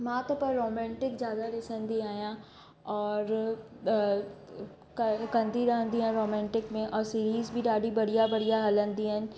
मां त पर रोमैंटिक ज्यादा ॾिसंदी आहियां और कंदी रहंदी आहियां रोमैंटिक में सिरीस बि ॾाढी बढ़िया बढ़िया हलंदी आहिनि